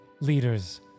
leaders